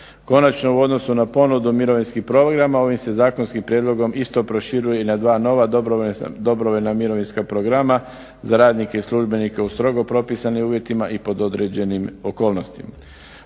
Konačno u odnosu na ponudu mirovinskih programa ovim se zakonskim prijedlogom isto proširuje i na dva nova dobrovoljna mirovinska programa za radnike i službenike u strogo propisanim uvjetima i pod određenim okolnostima.